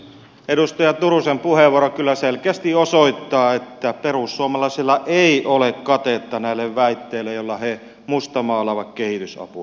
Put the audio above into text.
edustaja turusen puheenvuoro kyllä selkeästi osoittaa että perussuomalaisilla ei ole katetta näille väitteille joilla he mustamaalaavat kehitysapua